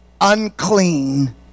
unclean